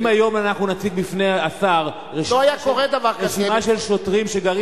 אם היום נציג בפני השר רשימת שוטרים שגרים